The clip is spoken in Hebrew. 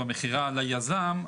במכירה ליזם,